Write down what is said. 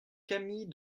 camille